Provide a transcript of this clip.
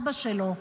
אבא שלו,